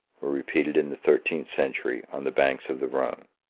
were repeated in the thirteenth century on the banks of the rhone.